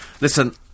Listen